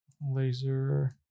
laser